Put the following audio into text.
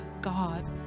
God